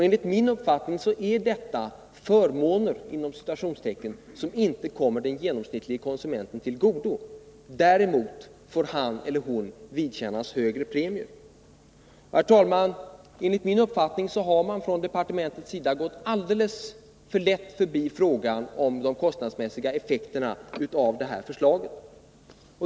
Enligt min uppfattning är detta 18 december 1979 ”förmåner” som inte kommer den genomsnittlige konsumenten till godo. Däremot får han eller hon vidkännas högre premier. Konsumentförsäk Herr talman! Enligt min uppfattning har man inom departementet gått ringslag alldeles för lätt förbi frågan om de kostnadsmässiga effekterna av det här förslaget.